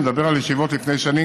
אני מדבר על ישיבות כבר לפני שנים,